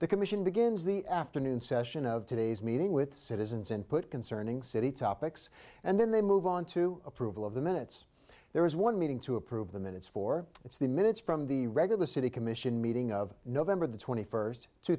the commission begins the afternoon session of today's meeting with citizens and put concerning city topics and then they move on to approval of the minutes there is one meeting to approve the minutes for it's the minutes from the regular city commission meeting of november the twenty first two